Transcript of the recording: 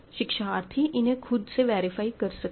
शिक्षार्थी इन्हे खुद से वेरीफाई कर सकते हैं